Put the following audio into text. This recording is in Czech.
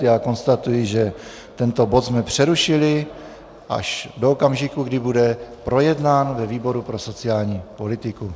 Já konstatuji, tento bod jsme přerušili až do okamžiku, kdy bude projednán ve výboru pro sociální politiku.